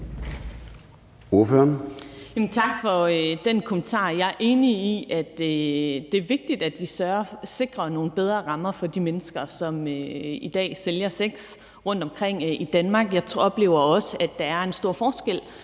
Tak for den kommentar. Jeg er enig i, at det er vigtigt, at vi sikrer nogle bedre rammer for de mennesker, som i dag sælger sex rundtomkring i Danmark. Jeg oplever også, at der er en stor forskel